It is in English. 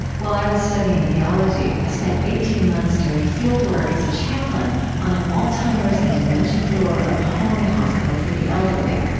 while i was studying theology, i spent eighteen months doing fieldwork as a chaplain on an alzheimer's and dementia floor of a home and hospital for the elderly.